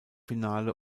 finale